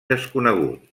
desconegut